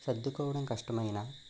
సర్దుకోవడం కష్టం అయినా